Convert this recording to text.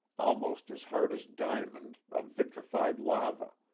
almost as hard as diamond, of vitrified lava.